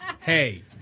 Hey